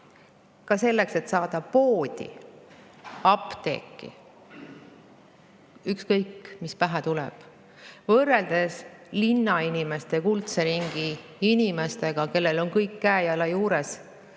ka selleks, et saada poodi, apteeki – ükskõik, mis pähe tuleb. Võrreldes linnainimeste, kuldse ringi inimestega, kellel on kõik käe-jala juures,